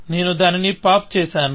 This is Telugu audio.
నేను దానిని పాప్ చేస్తాను